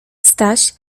staś